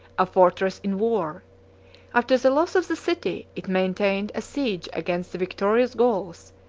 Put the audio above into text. a fortress in war after the loss of the city, it maintained a siege against the victorious gauls,